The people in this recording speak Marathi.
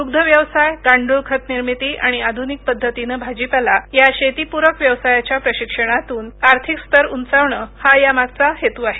दुग्धव्यवसाय गांडूळ खत निर्मिती आणि आधुनिक पध्दतीनं भाजीपाला या शेती पूरक व्यवसायाच्या प्रशिक्षणातून आर्थिकस्तर उंचावणं हा या मागचा हेतू आहे